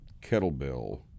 kettlebell